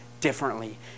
differently